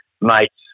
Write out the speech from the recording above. mates